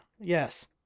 Yes